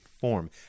form